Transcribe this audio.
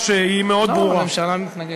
שמעתם, יש שינוי בעמדה.